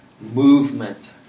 movement